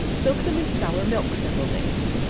soak them in sour milk several days.